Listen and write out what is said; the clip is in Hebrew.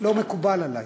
לא מקובל עלי.